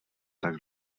tak